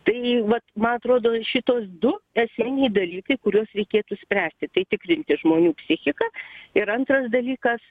tai vat man atrodo šituos du esminiai dalykai kuriuos reikėtų spręsti tai tikrinti žmonių psichiką ir antras dalykas